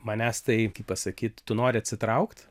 manęs tai kaip pasakyt tu nori atsitraukt